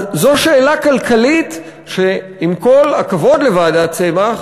אז זאת שאלה כלכלית, שעם כל הכבוד לוועדת צמח,